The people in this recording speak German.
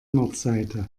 nordseite